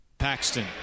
Paxton